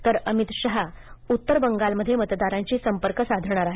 तर अमित शहा उत्तर बंगालमध्ये मतदारांशी संपर्क साधणार आहेत